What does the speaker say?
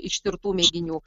ištirtų mėginių